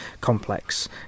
complex